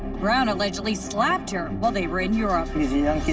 brown allegedly slapped her while they were in europe. he's a young kid